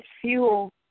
fuel